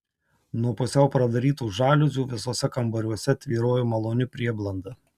nuo pusiau pradarytų žaliuzių visuose kambariuose tvyrojo maloni prieblanda